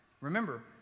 Remember